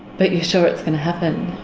but you're sure it's going to happen.